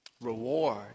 reward